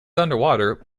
underwater